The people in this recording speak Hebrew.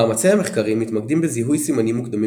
מאמצי המחקרים מתמקדים בזיהוי סימנים מוקדמים